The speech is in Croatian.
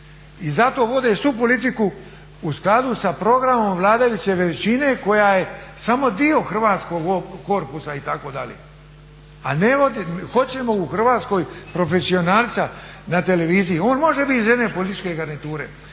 I zato vode svu politiku u skladu sa programom vladajuće većine koja je samo dio hrvatskog korpusa itd. a ne vodi, hoćemo u Hrvatskoj profesionalca na televiziji. On može bit iz jedne političke garniture.